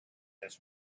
this